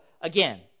again